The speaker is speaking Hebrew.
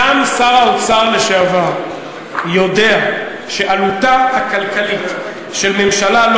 גם שר האוצר לשעבר יודע שעלותה הכלכלית של ממשלה לא